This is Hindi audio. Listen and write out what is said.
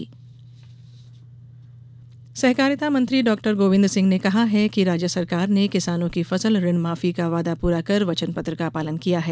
गोविंद सिंह सहकारिता मंत्री डॉ गोविन्द सिंह ने कहा है कि राज्य सरकार ने किसानों की फसल ऋण माफी का वादा पूरा कर वचन पत्र का पालन किया है